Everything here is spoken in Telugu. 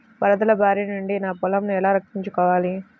వరదల భారి నుండి నా పొలంను ఎలా రక్షించుకోవాలి?